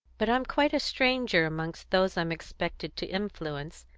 but i'm quite a stranger amongst those i'm expected to influence,